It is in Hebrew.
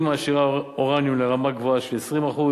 היא מעשירה אורניום לרמה גבוהה של 20%,